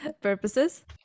purposes